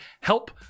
help